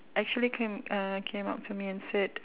actually came uh came up to me and said